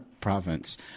province